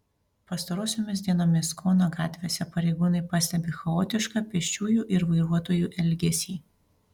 pastarosiomis dienomis kauno gatvėse pareigūnai pastebi chaotišką pėsčiųjų ir vairuotojų elgesį